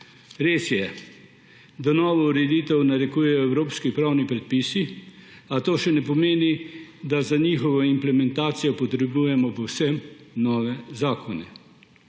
Res je, da novo ureditev narekujejo evropski pravni predpisi, a to še ne pomeni, da za njihovo implementacijo potrebujemo povsem nove zakone.